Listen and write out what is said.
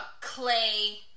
Clay